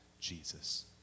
Jesus